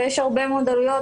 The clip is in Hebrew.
ויש הרבה מאוד עלויות